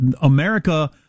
America